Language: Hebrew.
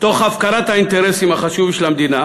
תוך הפקרת האינטרסים החשובים של המדינה,